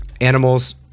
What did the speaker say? animals